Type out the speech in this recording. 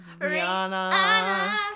Rihanna